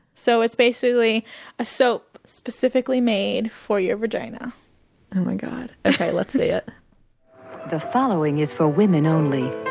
so it's basically a soap specifically made for your vagina oh my god. ok, let's see it the following is for women only.